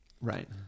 Right